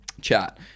chat